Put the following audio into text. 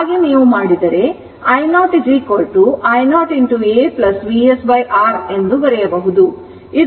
ಆದ್ದರಿಂದ ನೀವು ಹಾಗೆ ಮಾಡಿದರೆ i0 I0 a Vsr ಎಂದು ಬರೆಯಬಹುದು